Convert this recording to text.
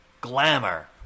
Glamour